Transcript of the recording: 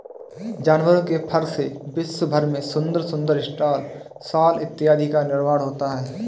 जानवरों के फर से विश्व भर में सुंदर सुंदर स्टॉल शॉल इत्यादि का निर्माण होता है